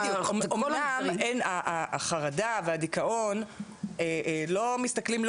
אמנם החרדה והדיכאון לא מסתכלים לא